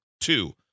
Two